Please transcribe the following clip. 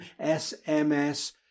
SMS